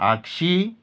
आगशीं